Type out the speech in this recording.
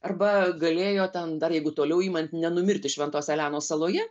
arba galėjo ten dar jeigu toliau imant nenumirti šventos elenos saloje